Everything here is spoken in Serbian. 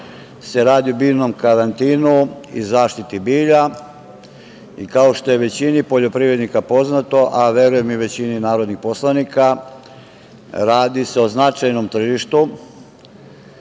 se radi o biljnom karantinu i zaštiti bilja. Kao što je većini poljoprivrednika poznato, a verujem i većini narodnih poslanika, radi se o značajnom tržištu,